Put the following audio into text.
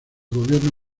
gobierno